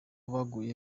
baguye